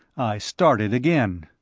i started again.